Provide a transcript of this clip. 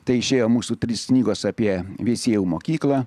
tai išėjo mūsų trys knygos apie veisiejų mokyklą